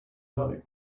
like